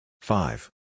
Five